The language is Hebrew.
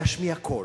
להשמיע קול,